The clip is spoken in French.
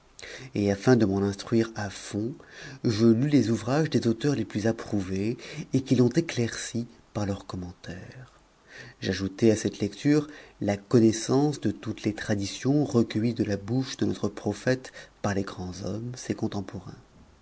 et afin de m'en instruire à fond je lus les ouvrages des auteurs les plus approuvés et qui l'ont éclairci par leurs commentaires j'ajoutai à cette lecture la connaissance de toutes les traditions recueillies de la bouche de notre prophète par les grands hommes ses contemporains